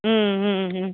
ಹ್ಞೂ ಹ್ಞೂ ಹ್ಞೂ